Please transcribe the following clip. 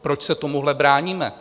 Proč se tomuhle bráníme?